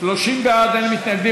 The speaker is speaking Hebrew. הצעת ועדת העבודה,